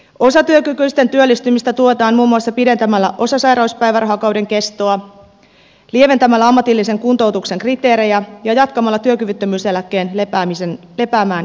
osatyökykyisten työllistymistä tuetaan muun muassa pidentämällä osasairauspäivärahakauden kestoa lieventämällä ammatillisen kuntoutuksen kriteerejä ja jatkamalla työkyvyttömyyseläkkeen lepäämäänjättämislakia